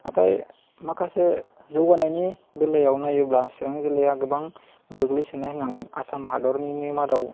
नाथाय माखासे जौगानायनि बेलायाव नायोब्ला चिरां जिल्लाया गोबां गोग्लैसोनाय होननांगोन आसाम हादरनि मादाव